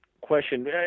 question